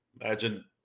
imagine